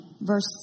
verse